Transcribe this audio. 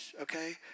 okay